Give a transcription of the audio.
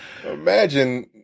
Imagine